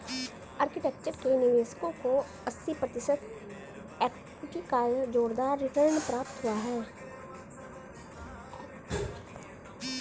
architecture के निवेशकों को अस्सी प्रतिशत इक्विटी का जोरदार रिटर्न प्राप्त हुआ है